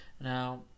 now